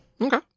Okay